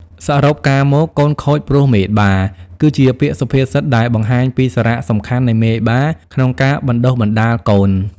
សរុបការមក កូនខូចព្រោះមេបា គឺជាពាក្យសុភាសិតដែលបង្ហាញពីសារៈសំខាន់នៃមេបាក្នុងការបណ្តុះបណ្តាលកូន។